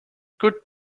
good